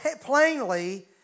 plainly